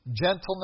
gentleness